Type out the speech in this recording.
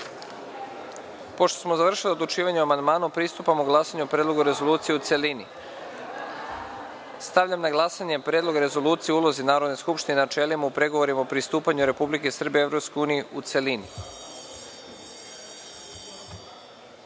smo završili odlučivanje o amandmanu, pristupamo glasanju o Predlogu rezolucije u celini. Stavljam na glasanje Predlog rezolucije o ulozi Narodne skupštine i načelima u pregovorima o pristupanju Republike Srbije Evropskoj uniji, u celini. Molim